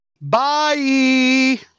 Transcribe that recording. Bye